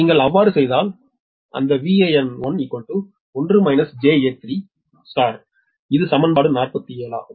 நீங்கள் அவ்வாறு செய்தால் நீங்கள் அவ்வாறு செய்தால் அந்த Van1 1 ja3 get இது சமன்பாடு 47 ஆகும்